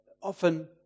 Often